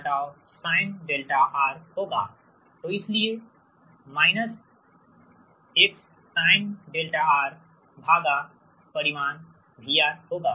तो इसलिए X sinδR भागा परिमाण VR होगा